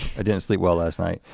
i didn't sleep well last night.